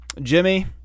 Jimmy